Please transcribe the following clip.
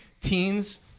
teens